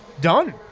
done